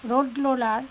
road roller